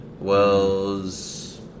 Wells